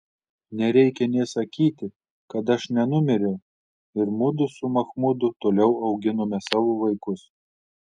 nereikia nė sakyti kad aš nenumiriau ir mudu su machmudu toliau auginome savo vaikus